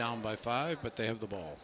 down by five but they have the ball